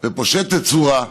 ופושטת צורה.